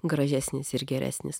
gražesnis ir geresnis